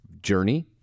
journey